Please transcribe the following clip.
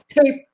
tape